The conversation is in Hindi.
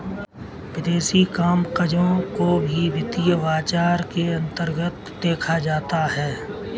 विदेशी कामकजों को भी वित्तीय बाजार के अन्तर्गत देखा जाता है